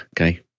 Okay